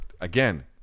Again